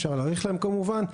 אפשר להאריך להם כמובן,